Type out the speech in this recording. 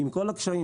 עם כל הקשיים,